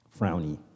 frowny